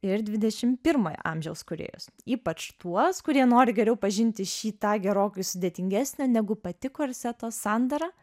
ir dvidešim pirmojo amžiaus kūrėjus ypač tuos kurie nori geriau pažinti šį tą gerokai sudėtingesnio negu pati korseto sandara